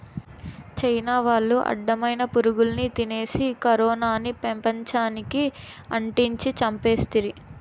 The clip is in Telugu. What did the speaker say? చైనా వాళ్లు అడ్డమైన పురుగుల్ని తినేసి కరోనాని పెపంచానికి అంటించి చంపేస్తిరి